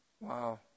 Wow